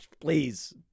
please